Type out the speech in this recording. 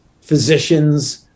physicians